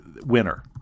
winner